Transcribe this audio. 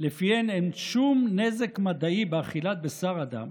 שלפיהן אין שום נזק מדעי באכילת בשר אדם,